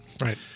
right